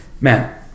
man